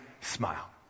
smile